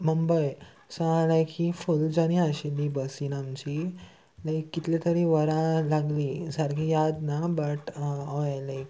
Mumbai so like ही full journey आशिल्ली बसीन आमची लायक कितले तरी वरां लागली सारकी याद ना बट हय लायक